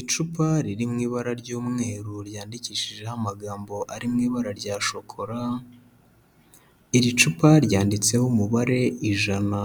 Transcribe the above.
Icupa riri mu ibara ry'umweru ryandikishijeho amagambo ari mu ibara rya shokora, iri cupa ryanditseho umubare ijana,